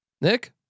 Nick